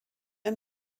ein